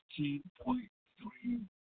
$15.3